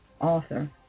author